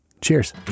Cheers